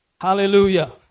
Hallelujah